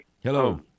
Hello